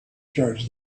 charge